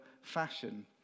fashion